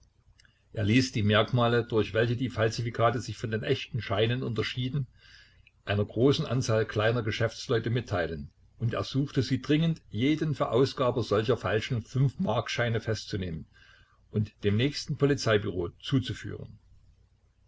er ließ die merkmale durch welche die falsifikate sich von den echten scheinen unterschieden einer großen anzahl kleiner geschäftsleute mitteilen und ersuchte sie dringend jeden verausgaber solcher falschen fünfmarkscheine festzunehmen und dem nächsten polizeibüro zuzuführen